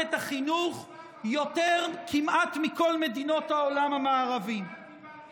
מערכת החינוך יותר מכל מדינות העולם המערבי כמעט.